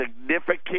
significant